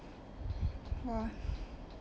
!wah!